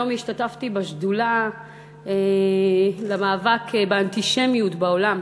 היום השתתפתי בשדולה למאבק באנטישמיות בעולם,